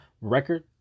record